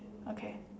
okay